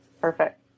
Perfect